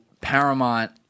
Paramount